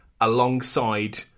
alongside